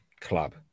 club